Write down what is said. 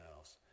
else